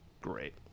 great